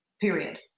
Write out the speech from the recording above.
period